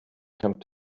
come